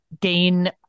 gain